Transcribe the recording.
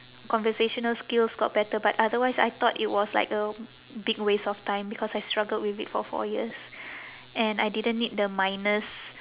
conversational skills got better but otherwise I thought it was like a big waste of time because I struggled with it for four years and I didn't need the minus